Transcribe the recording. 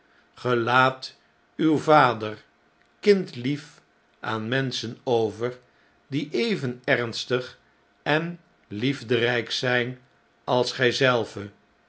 laat uw vader kindlief aan menschen over die even ernstig en liefderijk zjjn als